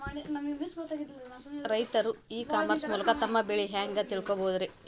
ರೈತರು e commerce ಮೂಲಕ ತಮ್ಮ ಬೆಳಿ ಬಗ್ಗೆ ಹ್ಯಾಂಗ ತಿಳ್ಕೊಬಹುದ್ರೇ?